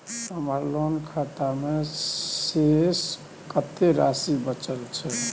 हमर लोन खाता मे शेस कत्ते राशि बचल छै?